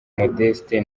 modeste